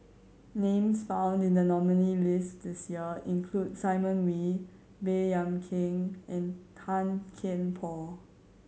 names found in the nominee list this year include Simon Wee Baey Yam Keng and Tan Kian Por